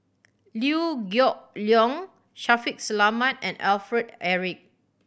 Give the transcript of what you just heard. Liew Geok Leong Shaffiq Selamat and Alfred Eric